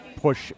push